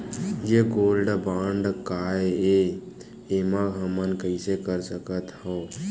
ये gold bond काय ए एमा हमन कइसे कर सकत हव?